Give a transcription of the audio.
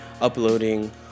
uploading